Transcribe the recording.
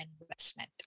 investment